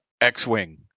X-Wing